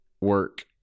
work